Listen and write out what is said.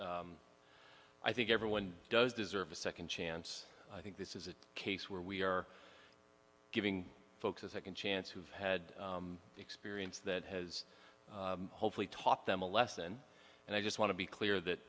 i think everyone does deserve a second chance i think this is a case where we are giving folks a second chance who've had the experience that has hopefully taught them a lesson and i just want to be clear that